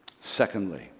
Secondly